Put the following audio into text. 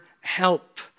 help